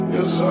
Yes